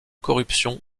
corruption